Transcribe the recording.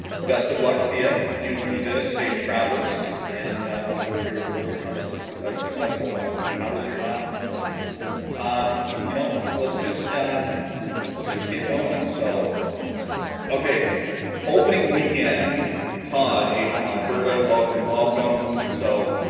best of luck to you bugle me this safe travels and hope your hope your hunt is a ah successful one how was your hunt you know let's just ah let's just get going so okay opening weekend todd hey from alberta welcome welcome so